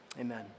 Amen